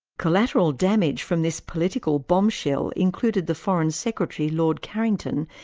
collateral damage from this political bombshell included the foreign secretary, lord carrington,